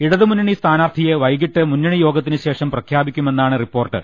ഇടതുമുന്നണി സ്ഥാനാർത്ഥിയെ വൈകിട്ട് മുന്നണി യോഗത്തിന് ശേഷം പ്രഖ്യാപിക്കുമെന്നാണ് റിപ്പോർട്ട്